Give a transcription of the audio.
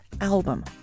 album